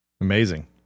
Amazing